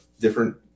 different